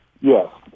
yes